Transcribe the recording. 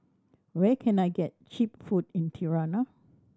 where can I get cheap food in Tirana